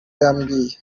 yambwiye